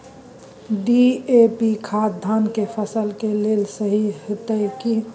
DAP खाद धान के फसल के लेल सही होतय की?